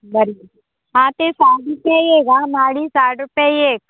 बरें आ तें साठ रुपया माडी साठ रुपया एक